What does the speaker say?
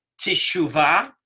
teshuvah